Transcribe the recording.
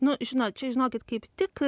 nu žinot čia žinokit kaip tik